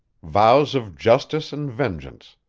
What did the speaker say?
vows of justice and vengeance,